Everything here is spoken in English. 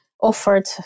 offered